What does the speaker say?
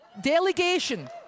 Delegation